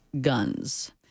guns